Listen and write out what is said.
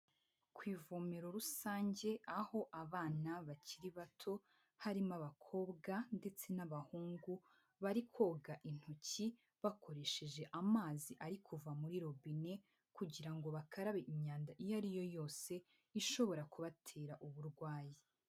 Ku ivomero rusange aho abana bakiri bato harimo abakobwa ndetse n'abahungu, bari koga intoki bakoresheje amazi ari kuva muri robine kugirango imyanda iyo ariyo yose ishobora kubatera uburwayi.